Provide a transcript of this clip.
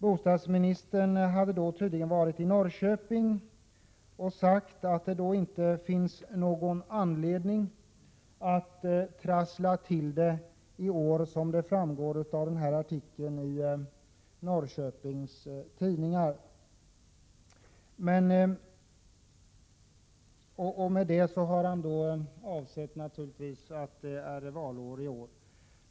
Bostadsministern hade då tydligen varit i Norrköping och sagt att det inte fanns någon anledning att trassla till det i år, såsom framgår av en artikeli Norrköpings Tidningar. Med det har han naturligtvis avsett att det är valår i år.